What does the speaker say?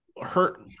hurt